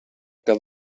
que